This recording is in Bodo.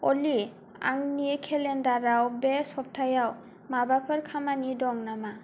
अलि आंनि केलेन्डाराव बे सब्थायाव माबाफोर खामानि दं नामा